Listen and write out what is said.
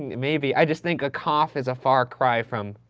maybe. i just think a cough is a far cry from,